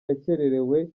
yakererewe